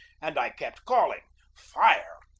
and i kept calling fire!